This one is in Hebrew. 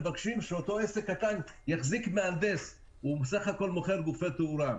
מבקשים שאותו עסק קטן יחזיק מהנדס כשהוא בסך הכול מוכר גופי תאורה.